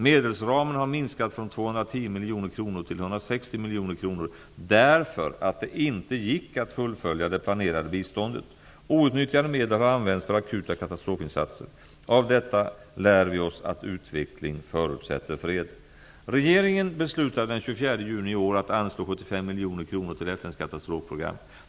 Medelsramen har minskat från 210 miljoner kronor till 160 miljoner kronor, därför att det inte gick att fullfölja det planerade biståndet. Outnyttjade medel har använts för akuta katastrofinsatser. Av detta lär vi oss att utveckling förutsätter fred. Regeringen beslutade den 24 juni i år att anslå 75 miljoner kronor till FN:s katastrofprogram.